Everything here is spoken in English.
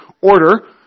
order